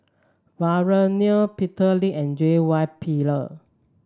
Vikram Nair Peter Lee and J Y Pillay